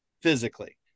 physically